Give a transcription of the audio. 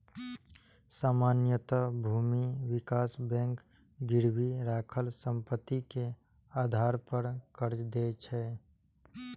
सामान्यतः भूमि विकास बैंक गिरवी राखल संपत्ति के आधार पर कर्ज दै छै